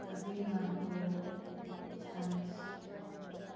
అది నాకు చాలా ఇష్టం